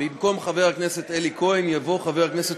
במקום חבר הכנסת אלי כהן יבוא חבר הכנסת